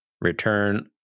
return